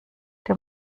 der